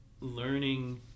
learning